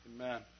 Amen